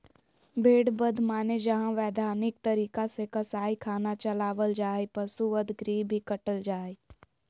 भेड़ बध माने जहां वैधानिक तरीका से कसाई खाना चलावल जा हई, पशु वध गृह भी कहल जा हई